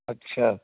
ਅੱਛਾ